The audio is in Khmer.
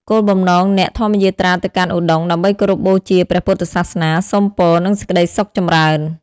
គោលបំណង អ្នកធម្មយាត្រាទៅកាន់ឧដុង្គដើម្បីគោរពបូជាព្រះពុទ្ធសាសនា សុំពរ និងសេចក្តីសុខចម្រើន។